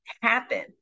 happen